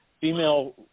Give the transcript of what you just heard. female